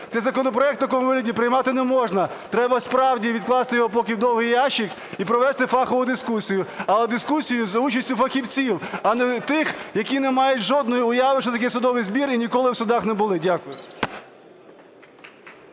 Цей законопроект в такому вигляді приймати не можна, треба справді відкласти його поки в довгий ящик і провести фахову дискусію, але дискусію за участю фахівців, а не тих, які не мають жодної уяви що таке судовий збір і ніколи в судах не були. Дякую.